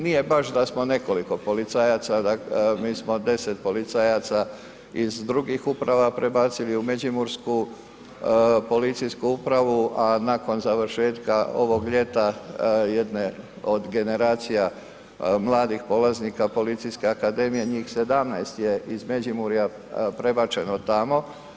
Nije baš da smo nekoliko policajaca, mi smo 10 policajaca iz drugih uprava prebacili u Međimursku policijsku upravu, a nakon završetka ovog ljeta jedne od generacija mladih polaznika Policijske akademije, njih 17 je iz Međimurja prebačeno tamo.